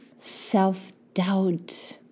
self-doubt